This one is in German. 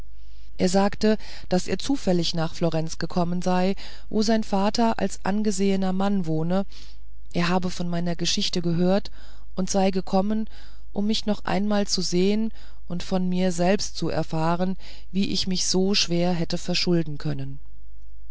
er sagte daß er zufällig nach florenz gekommen sei wo sein vater als angesehener mann wohne er habe von meiner geschichte gehört und seie gekommen um mich noch einmal zu sehen und von mir selbst zu erfahren wie ich mich so schwer hätte verschulden können